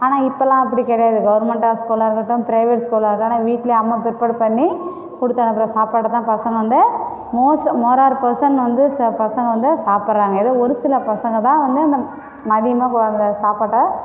ஆனால் இப்போலாம் அப்படி கிடையாது கவர்மண்டா ஸ்கூலாருக்கட்டும் பிரைவேட் ஸ்கூலாக இருந்தாலும் வீட்டில் அம்மா பிரிப்பர் பண்ணி கொடுத்தனுப்புற சாப்பாட்டதான் பசங்க வந்து மோஸ்ட் மோர் ஆர் பர்சன்ட் வந்து சு பசங்க வந்து சாப்பிறாங்க ஏதோ ஒரு சில பசங்கதான் வந்து அந்த நவீன குழந்த சாப்பாட்டை